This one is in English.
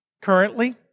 currently